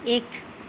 एक